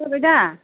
खोनाबाय दा